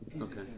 Okay